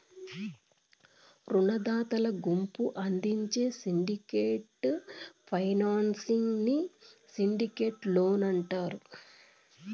రునదాతల గుంపు అందించే సిండికేట్ ఫైనాన్సింగ్ ని సిండికేట్ లోన్ అంటారు